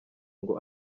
ngo